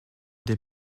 des